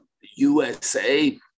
USA